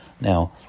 Now